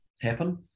happen